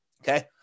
Okay